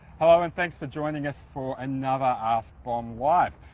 hello and thanks for joining us for another askbom live!